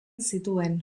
zituen